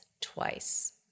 twice